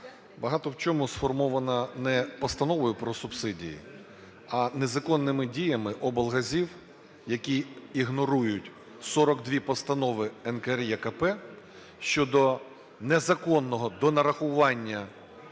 багато в чому сформована не постановою про субсидії, а незаконними діями облгазів, які ігнорують 42 постанови НКРЕКП щодо незаконного донарахування